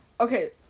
Okay